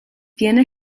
viene